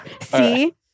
See